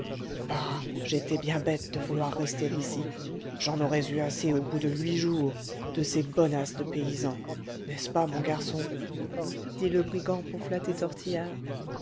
j'étais bien bête de vouloir rester ici j'en aurais eu assez au bout de huit jours de ces bonasses de paysans n'est-ce pas mon garçon dit le brigand pour flatter tortillard